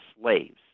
slaves